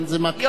נגד לא.